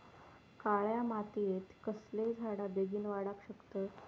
काळ्या मातयेत कसले झाडा बेगीन वाडाक शकतत?